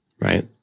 right